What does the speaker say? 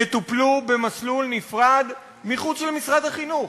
יטופלו במסלול נפרד מחוץ למשרד החינוך.